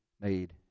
made